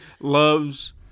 loves